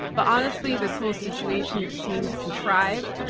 but honestly, this whole situation seems contrived.